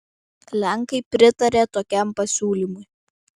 lenkai pritarė tokiam pasiūlymui